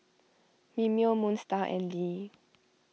Mimeo Moon Star and Lee